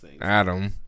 Adam